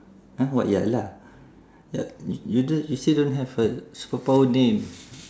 !huh! what ya lah yup you you still don't have a superpower name